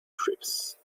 trips